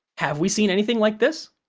have we seen anything like this?